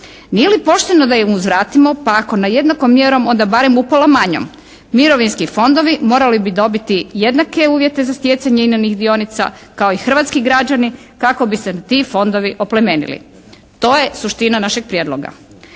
Nije li pošteno da im uzvratimo pa ako ne jednakom mjerom onda barem u pola manjom. Mirovinski fondovi morali bi dobiti jednake uvjete za stjecanje INA-inih dionica kao i hrvatski građani kako bi se ti fondovi oplemenili. To je suština našeg prijedloga.